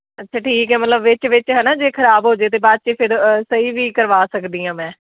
ਅੱਛਾ ਠੀਕ ਹੈ ਮਤਲਬ ਵਿੱਚ ਵਿੱਚ ਹੈ ਨਾ ਜਾਵੇ ਖ਼ਰਾਬ ਹੋ ਜੇ ਅਤੇ ਬਾਅਦ 'ਚ ਫਿਰ ਸਹੀ ਵੀ ਕਰਵਾ ਸਕਦੀ ਹਾਂ ਮੈਂ